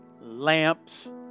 lamps